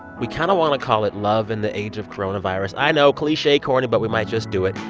we kind of want to call it love in the age of coronavirus. i know cliche, corny. but we might just do it.